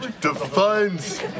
defines